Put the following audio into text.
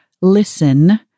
Listen